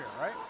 right